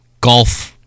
golf